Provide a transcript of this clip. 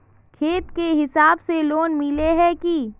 खेत के हिसाब से लोन मिले है की?